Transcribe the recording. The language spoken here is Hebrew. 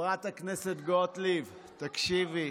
חברת הכנסת גוטליב, תקשיבי.